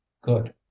good